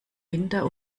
winter